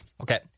Okay